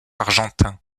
argentin